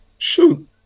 Shoot